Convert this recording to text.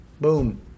Boom